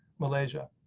malaysia,